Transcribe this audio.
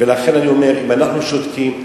ולכן אני אומר: אם אנחנו שותקים,